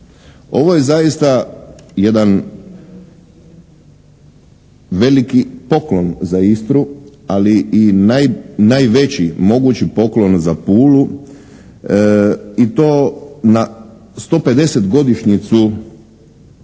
Ovo je zaista jedan veliki poklon za Istru ali i najveći mogući poklon za Pulu i to na 150 godišnjicu